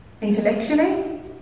intellectually